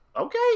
Okay